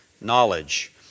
knowledge